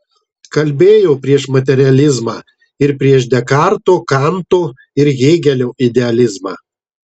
kalbėjo prieš materializmą ir prieš dekarto kanto ir hėgelio idealizmą